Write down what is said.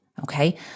Okay